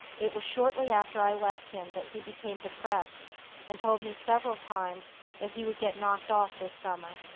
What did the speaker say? it was shortly after i left him that he became depressed and told me several times that he would get knocked off this summer.